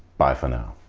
bye for now.